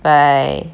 bye